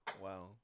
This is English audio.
wow